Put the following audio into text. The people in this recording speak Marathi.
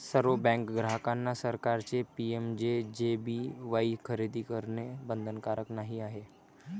सर्व बँक ग्राहकांना सरकारचे पी.एम.जे.जे.बी.वाई खरेदी करणे बंधनकारक नाही आहे